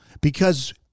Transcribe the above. because-